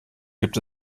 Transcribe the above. gibt